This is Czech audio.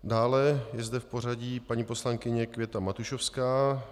Dále je zde v pořadí paní poslankyně Květa Matušovská.